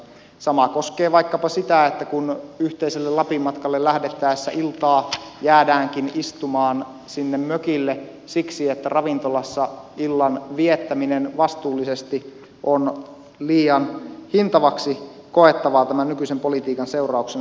sama koskee vaikkapa sitä että kun yhteiselle lapin matkalle lähdettäessä iltaa jäädäänkin istumaan sinne mökille siksi että ravintolassa illan viettäminen vastuullisesti on liian hintavaksi koettavaa tämän nykyisen politiikan seurauksena